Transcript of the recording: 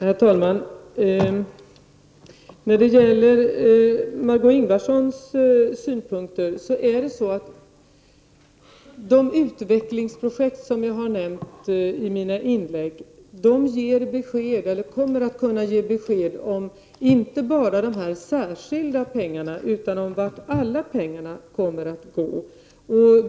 Herr talman! När det gäller Margö Ingvardssons synpunkter vill jag säga att de utvecklingsprojekt som jag har nämnt i mina inlägg ger besked eller kommer att kunna ge besked inte bara om de särskilda pengarna utan om vad alla pengar kommer att gå till.